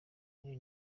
ari